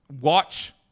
Watch